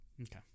Okay